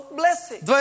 blessing